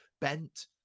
bent